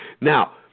Now